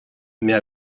mais